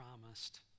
promised